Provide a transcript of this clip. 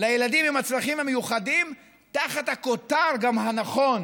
לילדים עם הצרכים המיוחדים תחת הכותר הנכון